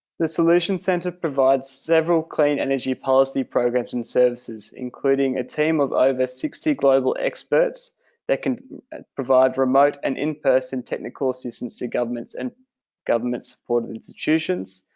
the solutions center provides several clean energy policy programs and services, including a team of over sixty global experts that can provide remove and in-person technical assistance to governments and government-supported institutions,